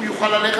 הוא יוכל ללכת?